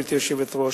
גברתי היושבת-ראש,